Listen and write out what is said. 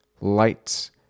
lights